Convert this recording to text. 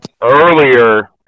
earlier